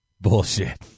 Bullshit